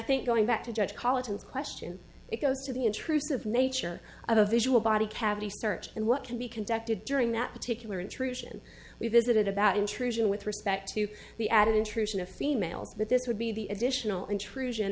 think going back to judge college in question it goes to the intrusive nature of a visual body cavity search and what can be conducted during that particular intrusion we visited about intrusion with respect to the added intrusion of females but this would be the additional intrusion